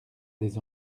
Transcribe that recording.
des